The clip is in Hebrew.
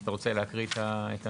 אתה רוצה להקריא את הנוסח?